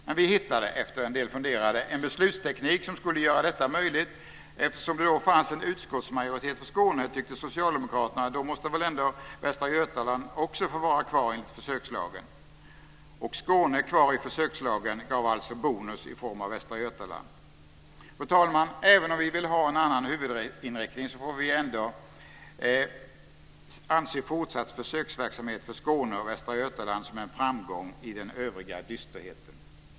Men vi hittade - efter en del funderande - en beslutsteknik som skulle göra detta möjligt, och eftersom det då fanns en utskottsmajoritet för Skåne tyckte socialdemokraterna att då måste väl ändå Västra Götaland också få vara kvar enligt försökslagen. Skåne kvar i försökslagen gav alltså bonus i form av Västra Götaland. Fru talman! Även om vi vill ha en annan huvudinriktning får vi ändå anse fortsatt försöksverksamhet för Skåne och Västra Götaland som en framgång i den övriga dysterheten.